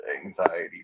anxiety